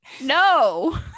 no